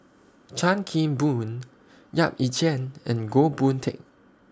Chan Kim Boon Yap Ee Chian and Goh Boon Teck